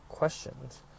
Questions